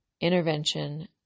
intervention